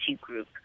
Group